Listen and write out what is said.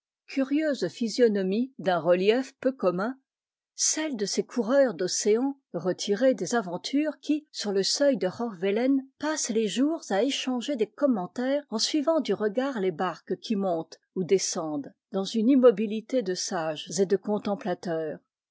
curieuses physionomies d'un relief peu commun celles de ces coureurs d'océans retirés des aventures qui sur les seuils de roch vélen passent les jours à échanger des commentaires en suivant du regard les barques qui montent ou descendent dans une immobilité de sages et de